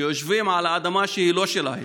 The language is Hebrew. שיושבים על אדמה שהיא לא שלהם,